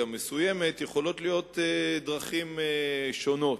מסוימת יכולות להיות דרכים שונות.